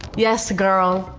yes, girl,